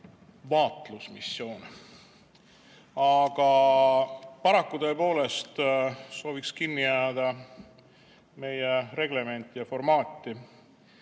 vaatlusmissiooni. Aga paraku tõepoolest sooviks kinni jääda meie reglementi ja formaati.